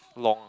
long